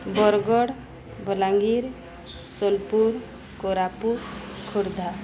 Bargarh Balangir Sonepur Koraput Khordha